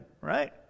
right